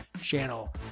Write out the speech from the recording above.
channel